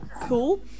cool